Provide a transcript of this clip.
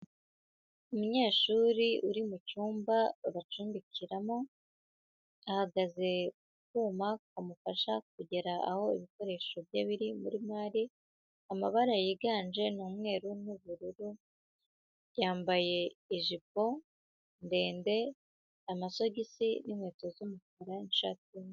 Umunyeshuri uri mucyumba babacumbikiramo, ahagaze ku kuma kamufasha kugera aho ibikoresho bye biri muri mare, amabara yiganje ni umweru n'ubururu, yambaye ijipo ndende, amasogisi n'inkweto z'umukara n'ishati